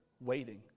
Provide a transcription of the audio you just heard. waiting